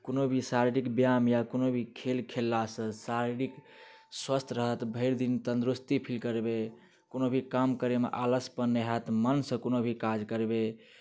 कोनो भी शारीरिक व्यायाम या कोनो भी खेल खेललासँ शारीरिक स्वस्थ रहत भरि दिन तंदुरस्ती फील करबै कोनो भी काम करेमे आलसपन नहि होयत मनसँ कोनो भी काज करबै